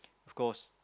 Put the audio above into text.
of course